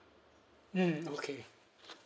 mm okay